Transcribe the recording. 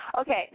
Okay